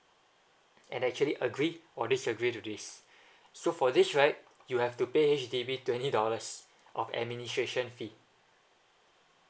and actually agree or disagree to this so for this right you have to pay H_D_B twenty dollars of administration fee